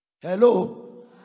hello